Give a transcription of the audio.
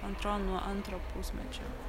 man atro nuo antro pusmečio